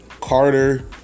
Carter